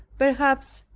perhaps,